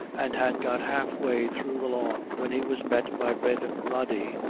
and had got half-way through the lawn, when he was met by red rody.